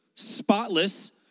spotless